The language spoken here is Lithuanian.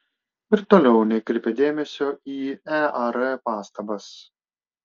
ir toliau nekreipė dėmesio į ear pastabas